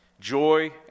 Joy